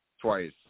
twice